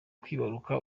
kwibaruka